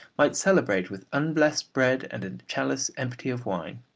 might celebrate with unblessed bread and a chalice empty of wine.